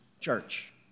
church